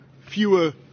fewer